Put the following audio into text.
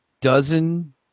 dozen